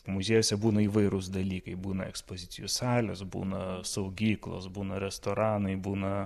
muziejuose būna įvairūs dalykai būna ekspozicijų salės būna saugyklos būna restoranai būna